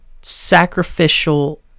sacrificial